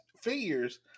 figures